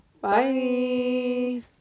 Bye